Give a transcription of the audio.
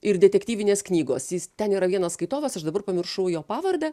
ir detektyvinės knygos jis ten yra vienas skaitovas aš dabar pamiršau jo pavardę